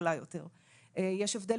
רווחה יותר טובה כי הצליחו לאתר אותם,